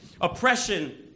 oppression